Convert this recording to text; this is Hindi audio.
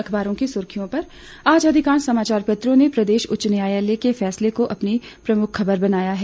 अखबारों की सुर्खियों पर आज अधिकांश समाचार पत्रों ने प्रदेश उच्च न्यायालय के फैसले को अपनी प्रमुख खबर बनाया है